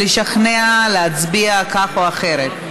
לשכנע להצביע כך או אחרת.